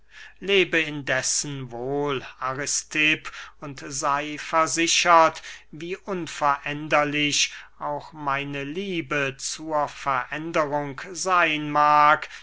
lebe indessen wohl aristipp und sey versichert wie unveränderlich auch meine liebe zur veränderung seyn mag